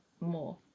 more